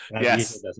Yes